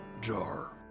jar